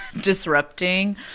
disrupting